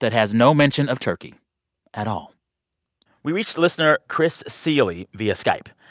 that has no mention of turkey at all we reached listener chris seeley via skype.